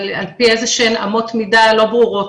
על פי איזה שהן אמות מידה לא ברורות